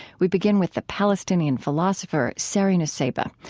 we begin with the palestinian philosopher sari nusseibeh,